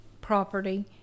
property